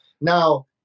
Now